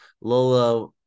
Lola